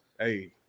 Hey